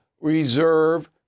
reserve